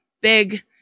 big